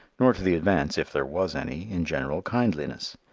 nor to the advance, if there was any, in general kindliness.